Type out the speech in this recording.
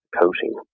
coating